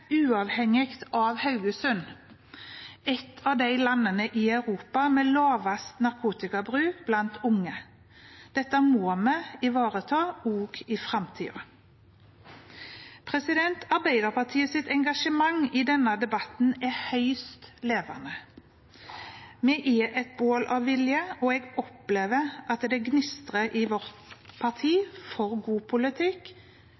uavhengig av Haugesund, et av landene i Europa med minst narkotikabruk blant unge. Dette må vi ivareta også i framtiden. Arbeiderpartiets engasjement i denne debatten er høyst levende. Vi er et bål av vilje, og jeg opplever at det gnistrer i vårt